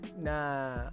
na